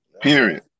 Period